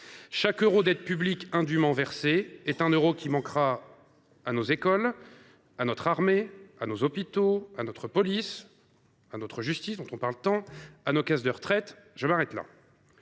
Chaque euro d’aide publique indûment versé est un euro qui manquera à nos écoles, à notre armée, à nos hôpitaux, à notre police, à notre justice – dont on parle tant –, à nos caisses de retraite… Je m’arrête là